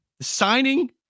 signing